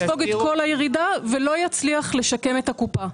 יספוג את כל הירידה ולא יצליח לשקם את הקופה.